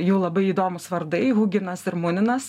jų labai įdomūs vardai huginas ir muninas